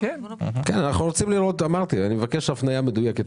אמרתי אנחנו רוצים לראות הפניה מדויקת,